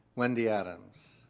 wendy adams.